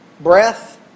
breath